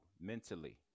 mentally